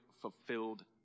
fulfilled